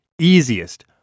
easiest